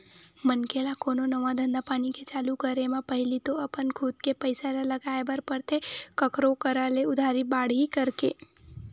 मनखे ल कोनो नवा धंधापानी के चालू करे म पहिली तो अपन खुद के पइसा ल लगाय बर परथे कखरो करा ले उधारी बाड़ही करके